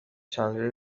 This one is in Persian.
چندلر